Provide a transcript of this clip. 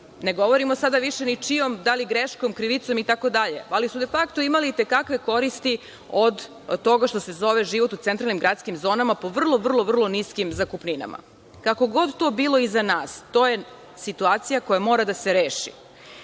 ne govorimo više sada ni čijom, da li greškom, krivicom itd, ali su defakto imali i te kakve koristi od toga što se zove život u centralnim gradskim zonama po vrlo, vrlo niskim zakupninama. Kako god to bilo iza nas, to je situacija koja mora da se reši.